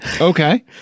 Okay